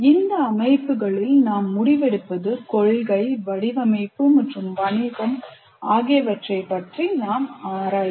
இந்த அமைப்புகளில் நாம் முடிவெடுப்பது கொள்கை வடிவமைப்பு மற்றும் வணிகம் ஆகியவற்றைப் பற்றி நாம் ஆராய்வோம்